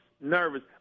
Nervous